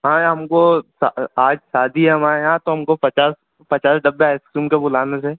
हाँ य हमको आज शादी है हमारे यहाँ तो हमको पचास पचास डब्बे आइस क्रीम के बुलाने थे